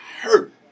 hurt